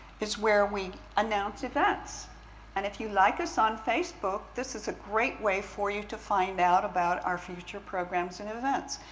is where we announce and if you like us on facebook, this is a great way for you to find out about our future programs and events.